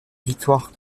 victoire